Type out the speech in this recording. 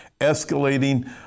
escalating